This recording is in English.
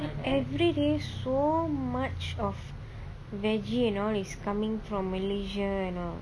then everyday so much of veggie and all is coming from malaysia and all